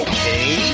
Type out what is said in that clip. Okay